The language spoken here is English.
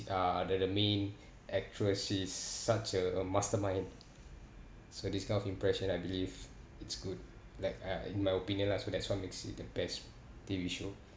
uh the the main actress she's such a mastermind so this kind of impression I believe it's good like uh in my opinion lah so that's what makes it the best T_V show